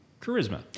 Charisma